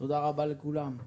תודה רבה לכולם.